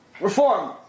Reform